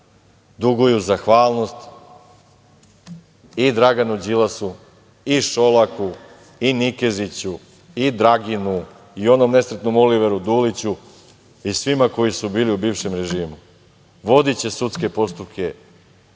duguju zahvalnost i Draganu Đilasu i Šolaku i Nikeziću i Draginu i onom nesretnom Oliveru Duliću i svima koji su bili u bivšem režimu. Vodiće sudske postupke